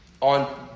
on